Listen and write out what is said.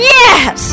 yes